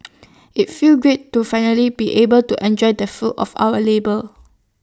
IT felt great to finally be able to enjoy the fruits of our labour